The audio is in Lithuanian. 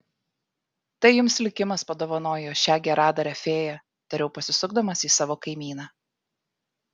tai jums likimas padovanojo šią geradarę fėją tariau pasisukdamas į savo kaimyną